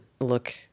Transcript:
look